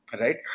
right